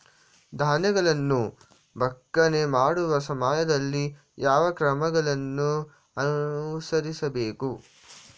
ಧಾನ್ಯಗಳನ್ನು ಒಕ್ಕಣೆ ಮಾಡುವ ಸಮಯದಲ್ಲಿ ಯಾವ ಕ್ರಮಗಳನ್ನು ಅನುಸರಿಸಬೇಕು?